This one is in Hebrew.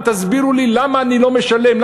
תסבירו לי למה אני לא משלם?